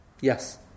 yes